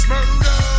Murder